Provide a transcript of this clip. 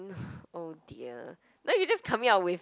oh dear no you're just coming up with